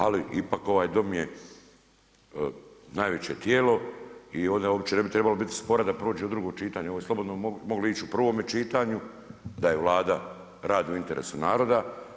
Ali ipak ovaj Dom je najveće tijelo i ovdje uopće ne bi trebalo biti spora da prođe u drugo čitanje, ovo je slobodno moglo ići u prvome čitanju da Vlada radi u interesu naroda.